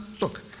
look